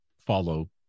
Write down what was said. follow